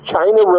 China